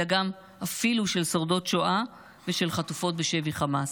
אלא גם אפילו של שורדות שואה ושל חטופות בשבי חמאס.